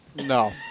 No